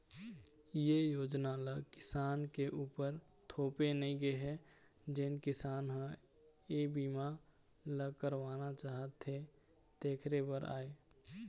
ए योजना ल किसान के उपर थोपे नइ गे हे जेन किसान ह ए बीमा ल करवाना चाहथे तेखरे बर आय